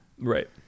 Right